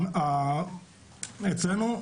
אצלנו,